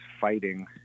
fighting